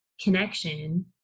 connection